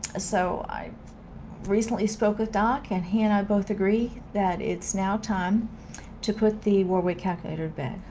so i recently spoke with doc, and he and i both agree that it's now time to put the war weight calculator to bed.